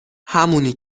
همونی